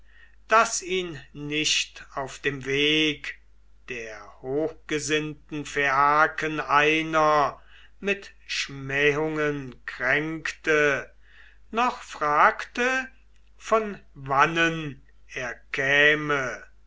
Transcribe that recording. daß ihn nicht auf dem wege der hochgesinnten phaiaken einer mit schmähungen kränkte noch fragte von wannen er käme